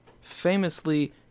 famously